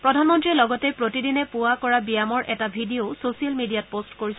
প্ৰধানমন্ত্ৰীয়ে লগতে প্ৰতিদিনে পুৱা কৰা ব্যায়ামৰ এটা ভি ডি অও ছ'ছিয়েল মিডিয়াত পোষ্ট কৰিছে